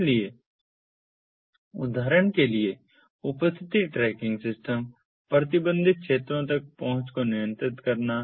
इसलिए उदाहरण के लिए उपस्थिति ट्रैकिंग सिस्टम प्रतिबंधित क्षेत्रों तक पहुंच को नियंत्रित करना